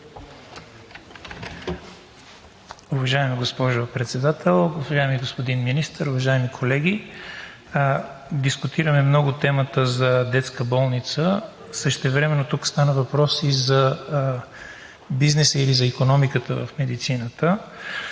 Уважаема госпожо Председател, уважаеми господин Министър, уважаеми колеги! Дискутираме много темата за детска болница, същевременно тук стана въпрос и за бизнеса или за икономиката в медицината.